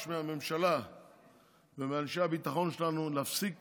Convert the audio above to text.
מהממשלה ומאנשי הביטחון שלנו להפסיק